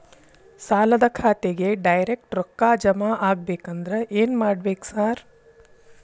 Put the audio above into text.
ಸಾಲದ ಖಾತೆಗೆ ಡೈರೆಕ್ಟ್ ರೊಕ್ಕಾ ಜಮಾ ಆಗ್ಬೇಕಂದ್ರ ಏನ್ ಮಾಡ್ಬೇಕ್ ಸಾರ್?